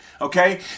okay